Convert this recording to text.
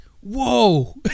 whoa